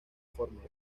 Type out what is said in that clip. fórmula